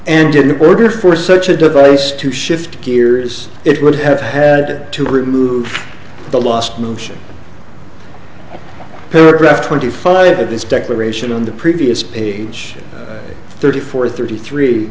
and in the order for such a device to shift gears it would have had to remove the last motion paragraph twenty five of this declaration on the previous page thirty four thirty three